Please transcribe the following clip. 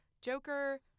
Joker